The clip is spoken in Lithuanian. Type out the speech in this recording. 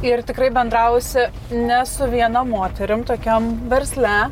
ir tikrai bendravusi ne su viena moterim tokiam versle